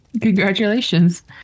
congratulations